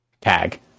tag